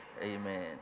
Amen